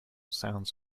sounds